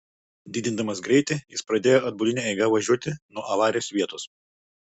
didindamas greitį jis pradėjo atbuline eiga važiuoti nuo avarijos vietos